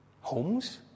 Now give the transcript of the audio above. Homes